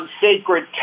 sacred